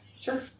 Sure